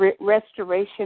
restoration